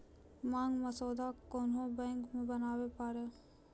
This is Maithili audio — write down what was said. मांग मसौदा कोन्हो बैंक मे बनाबै पारै